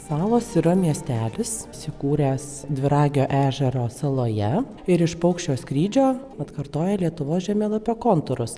salos yra miestelis įsikūręs dviragio ežero saloje ir iš paukščio skrydžio atkartoja lietuvos žemėlapio kontūrus